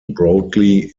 broadly